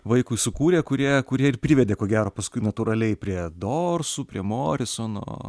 vaikui sukūrė kurie kurie ir privedė ko gero paskui natūraliai prie dorsų prie morisono